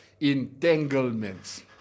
entanglements